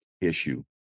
issue